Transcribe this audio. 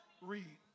Read